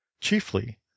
chiefly